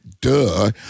duh